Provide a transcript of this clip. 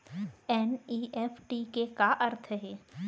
NEFT के का अर्थ है?